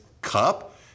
cup